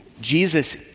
Jesus